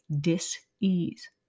dis-ease